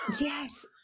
yes